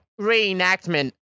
reenactment